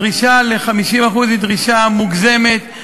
הדרישה ל-50% היא דרישה מוגזמת.